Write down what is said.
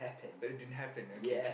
it didn't happen okay